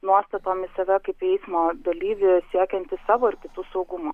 nuostatom į save kaip eismo dalyvį siekiantį savo ir kitų saugumo